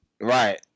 Right